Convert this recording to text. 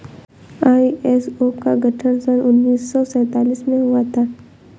ISO का गठन सन उन्नीस सौ सैंतालीस में हुआ था